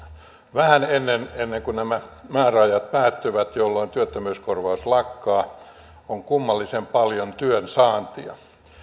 vähän ennen kuin nämä määräajat päättyvät jolloin työttömyyskorvaus lakkaa on kummallisen paljon työn saantia